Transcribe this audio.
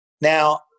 Now